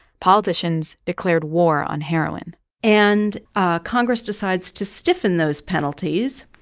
politicians declared war on heroin and ah congress decides to stiffen those penalties,